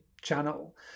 channel